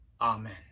Amen